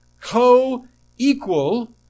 co-equal